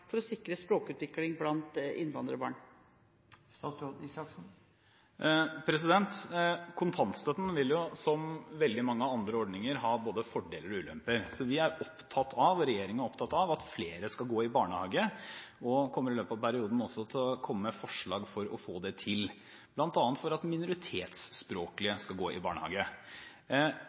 for å sikre språkutvikling blant innvandrerbarn. Kontantstøtten vil, som veldig mange andre ordninger, ha både fordeler og ulemper. Vi i regjeringen er opptatt av at flere skal gå i barnehage, og kommer i løpet av perioden også til å komme med forslag for å få dette til – bl.a. for at minoritetsspråklige skal gå i barnehage.